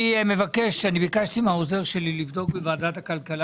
אני ביקשתי מהעוזר שלי לבדוק בוועדת הכלכלה